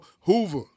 Hoover